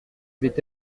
avait